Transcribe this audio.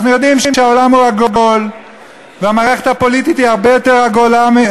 אנחנו יודעים שהעולם הוא עגול ושהמערכת הפוליטית היא הרבה יותר עגולה,